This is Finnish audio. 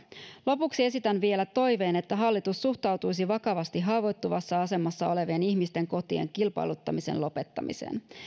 lopuksi esitän vielä toiveen että hallitus suhtautuisi vakavasti haavoittuvassa asemassa olevien ihmisten kotipalveluiden kilpailuttamisen lopettamiseen